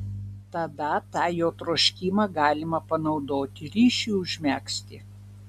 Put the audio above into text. tada tą jo troškimą galima panaudoti ryšiui užmegzti